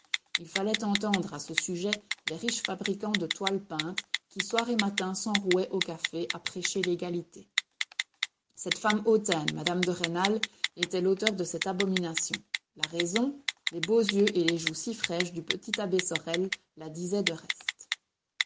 il fallait entendre à ce sujet les riches fabricants de toiles peintes qui soir et matin s'enrouaient au café à prêcher l'égalité cette femme hautaine mme de rênal était l'auteur de cette abomination la raison les beaux yeux et les joues si fraîches du petit abbé sorel la disaient de reste